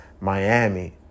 Miami